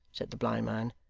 said the blind man,